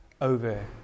over